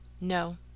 No